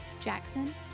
Jackson